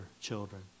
children